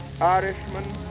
Irishmen